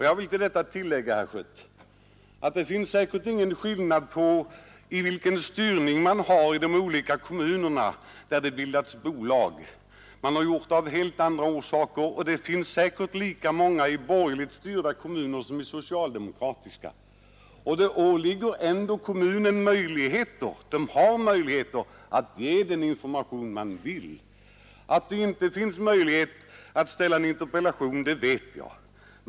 Jag vill tillägga, herr Schött, att det säkerligen inte är någon skillnad mellan borgerligt och socialdemokratiskt styrda kommuner när det gäller att bilda sådana här bolag — man har gjort det av helt andra orsaker. Kommunerna har dock möjlighet att ge den information de vill ge. Att det inte finns möjlighet att ställa en interpellation vet jag.